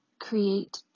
create